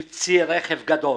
עם צי רכב גדול,